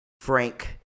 Frank